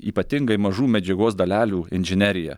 ypatingai mažų medžiagos dalelių inžinerija